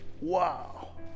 Wow